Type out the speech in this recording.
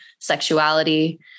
sexuality